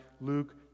Luke